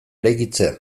eraikitzea